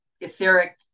etheric